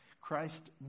Christ